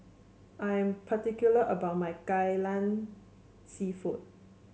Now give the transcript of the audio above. I'm particular about my Kai Lan seafood